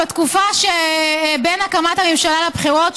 בתקופה שבין הקמת הממשלה לבחירות,